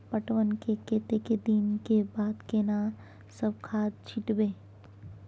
पटवन के कतेक दिन के बाद केना सब खाद छिटबै?